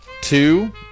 Two